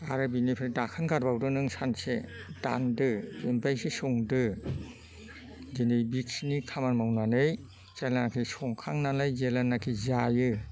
आरो बेनिफ्राय दाखोन गारबावदो नों सानसे दानदो ओमफ्रायसो संदो दिनै बेखिनि खामानि मावनानै जेब्लानोखि संखांनानै जेब्लनोखि जायो